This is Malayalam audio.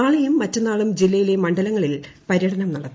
നാളെയും മറ്റന്നാളും ജില്ലയിലെ മണ്ഡലങ്ങളിൽ പര്യടനം നടത്തും